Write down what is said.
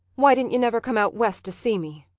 why didn't you never come out west to see me?